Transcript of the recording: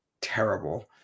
terrible